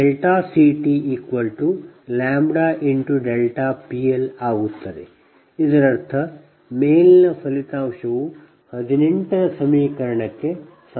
CTλ×PL ಇದರರ್ಥ ಸಮೀಕರಣ 18 ಕ್ಕೆ ಸಮನಾಗಿರುತ್ತದೆ